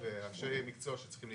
גם לאחר שהיעדים ברורים,